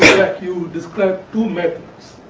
back you described two methods,